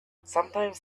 sometimes